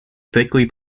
thickly